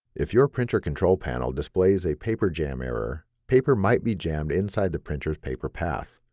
if your printer control panel displays a paper jam error, paper might be jammed inside the printer's paper path.